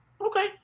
Okay